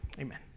Amen